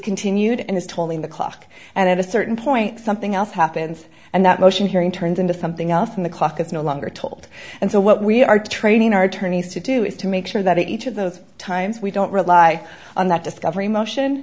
continued and is tolling the clock and at a certain point something else happens and that motion hearing turns into something else from the clock it's no longer told and so what we are training our attorneys to do is to make sure that each of those times we don't rely on that discovery motion